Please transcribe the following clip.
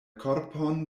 korpon